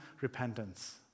repentance